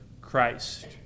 Christ